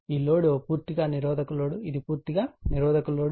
ఈ లోడ్ పూర్తిగా నిరోధక లోడ్ ఇది పూర్తిగా నిరోధక లోడ్